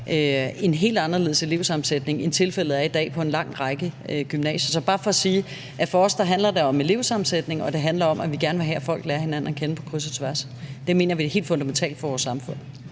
en helt anderledes elevsammensætning end i dag på en lang række gymnasier. Det er bare for at sige, at for os handler det om elevsammensætning, og det handler om, at vi gerne vil have, at folk lærer hinanden at kende på kryds og tværs. Det mener vi er helt fundamentalt for vores samfund.